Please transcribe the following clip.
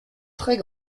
très